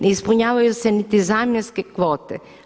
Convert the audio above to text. Ne ispunjavaju se niti zamjenske kvote.